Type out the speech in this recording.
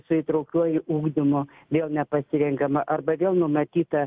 su įtraukiuoju ugdymu vėl nepasirengiama arba vėl numatyta